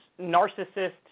narcissist